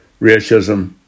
racism